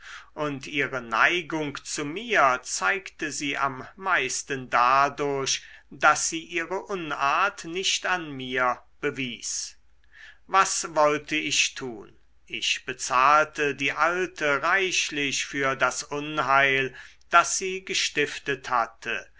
und ihre neigung zu mir zeigte sie am meisten dadurch daß sie ihre unart nicht an mir bewies was wollte ich tun ich bezahlte die alte reichlich für das unheil das sie gestiftet hatte